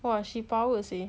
!wah! she power seh